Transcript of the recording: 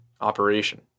operation